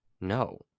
No